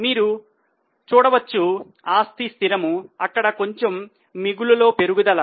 మీరు చూడవచ్చు ఆస్తి స్థిరము అక్కడ కొంచము మిగులులో పెరుగుదల